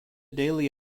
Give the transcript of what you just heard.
daily